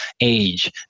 age